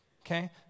Okay